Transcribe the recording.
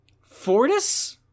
Fortis